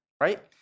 right